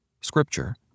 Scripture